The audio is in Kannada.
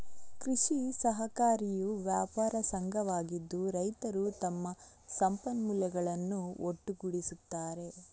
ಕೃಷಿ ಸಹಕಾರಿಯು ವ್ಯಾಪಾರ ಸಂಘವಾಗಿದ್ದು, ರೈತರು ತಮ್ಮ ಸಂಪನ್ಮೂಲಗಳನ್ನು ಒಟ್ಟುಗೂಡಿಸುತ್ತಾರೆ